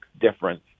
difference